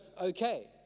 okay